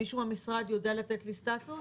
מישהו מהמשרד יודע לתת לי סטאטוס?